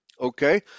Okay